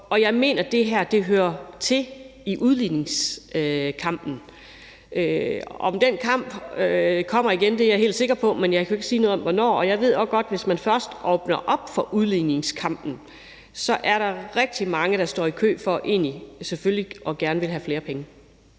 og jeg mener, at det her hører til i udligningskampen. Om den kamp kommer igen, er jeg helt sikker på, men jeg kan jo ikke sige noget om hvornår, og jeg ved også godt, at hvis først man åbner op for udligningskampen, er der rigtig mange, der står i kø og gerne vil have flere penge.